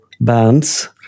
bands